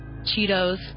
Cheetos